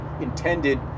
intended